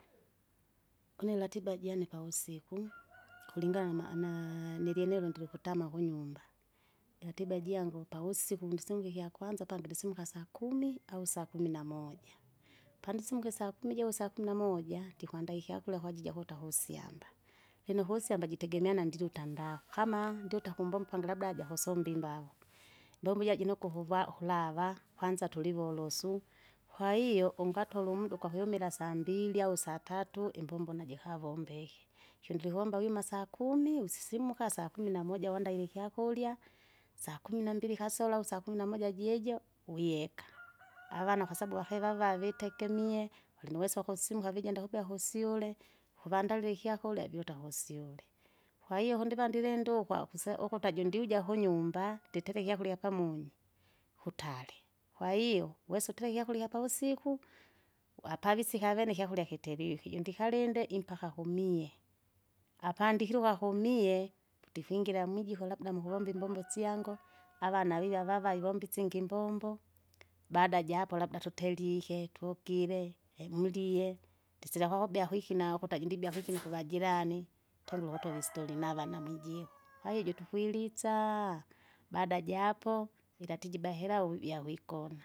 une ratiba jane pavusiku, kulingana ma- anaa nilinielo ndili ukutama kunyumba, iratiba jango pavusiku ndisunge ikyakwanza pandilisimuka sakumi! au sakumi namoja, pandisimuke saumi jou sakumi namoja! ndikwandaa ikyakurya kwaji jakutavusyamba, lino kusyamba jitegemeana ndiluta ndaa, kama ndiuta kumbombo pangi labda jakusomba imbawu, imbombo jira jinokwa uvuva- ukulava kwanza tulivolusu. Kwahiyo ungatola umda ukwawimira sambili au satatu imbombo najikavombeke, kyondilivomba wima sakumi sakumi! usisimuka sakumi namoja wanda iwe ikyakurya, sakumi nambili kasoro aua sakumi namoja jiejo, wieka, avana kwasabu vakiva vavitegemie walinuweso wakusisimuka vijanda kuvya kusyule, kuvandalie ikyakurya, viuta kusyule. Kwahiyo kundi vandilindukwa kuse- ukuta ajundi jaukunyumba, nditereka ikyakurya pamunyi, kutare, kwahiyo wesa utere ikyaurya ikyapavusiku, wapagisika avene ikyakurya kiteluki jundikalinde impaka kumie. Apandikile ukwakumie putifingira mwijiko labda mukuvomba syango, avana vivya avavai ivomba isingi imbombo, baada ja apo labda tutelike, tukire, emulie, ndisira kwakobea kwikina ukuta ndijibia kwikina kuvajirani, tungi ukutola istori navana mwijiko, kwahiyo jutukwilitsaa, baada ja apo, ilatijiba helau yawikona.